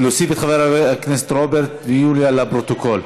אני מוסיף את חברי הכנסת רוברט אילטוב ויוליה מלינובסקי לפרוטוקול.